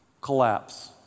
collapse